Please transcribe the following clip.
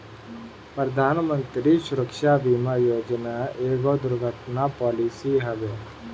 प्रधानमंत्री सुरक्षा बीमा योजना एगो दुर्घटना पॉलिसी हवे